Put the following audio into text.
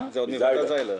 זה עוד מוועדת זיילר.